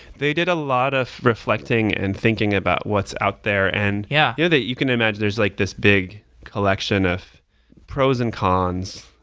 they did a lot of reflecting and thinking about what's out there, and yeah yeah you can imagine there's like this big collection of pros and cons,